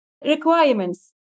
requirements